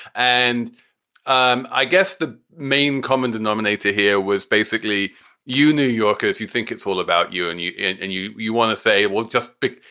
and um i guess the main common denominator here was basically you new yorkers. you think it's all about you and you and and you you want to say it. we'll just pick.